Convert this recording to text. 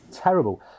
terrible